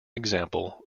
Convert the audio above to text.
example